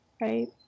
right